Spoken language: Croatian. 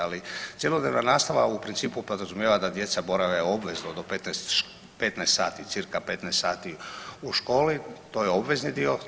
Ali cjelodnevna nastava u principu podrazumijeva da djeca borave obvezno do 15 sati cca 15 sati u školi, to je obvezni dio.